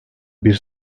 bir